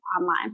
online